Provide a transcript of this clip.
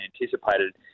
anticipated